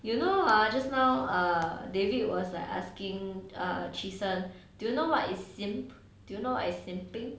you know !huh! just now err david was like asking err trison do you know what is simp~ do you know what is simping